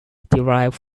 derived